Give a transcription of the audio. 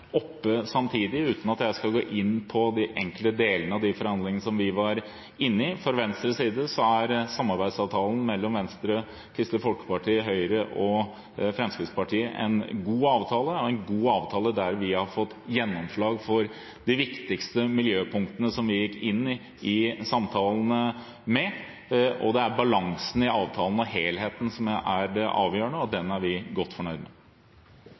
oppe samtidig, uten at jeg skal gå inn på de enkelte delene av de forhandlingene som vi var inne i. Fra Venstres side er samarbeidsavtalen mellom Venstre, Kristelig Folkeparti, Høyre og Fremskrittspartiet en god avtale – en god avtale der vi har fått gjennomslag for de viktigste miljøpunktene som vi gikk inn i samtalene med. Det er balansen i avtalen og helheten som er det avgjørende, og den er vi godt fornøyd med.